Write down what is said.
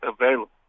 available